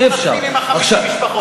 בוא נתחיל עם 50 המשפחות.